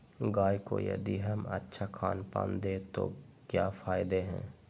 गाय को यदि हम अच्छा खानपान दें तो क्या फायदे हैं?